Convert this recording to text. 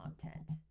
content